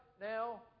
Now